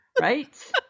right